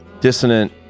dissonant